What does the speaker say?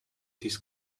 this